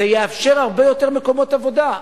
זה יאפשר הרבה יותר מקומות עבודה.